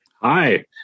Hi